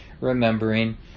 remembering